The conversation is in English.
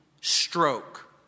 stroke